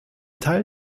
teil